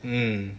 mm